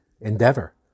endeavor